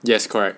yes correct